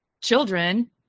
children